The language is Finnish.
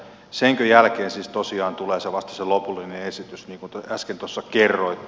senkö jälkeen siis tosiaan tulee vasta se lopullinen esitys niin kuin äsken tuossa kerroitte